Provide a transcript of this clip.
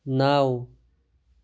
نَو